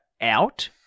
out